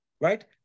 right